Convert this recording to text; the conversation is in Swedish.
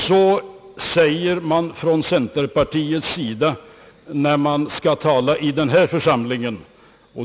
Så säger man från centerpartiet när man talar i denna församling.